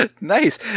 Nice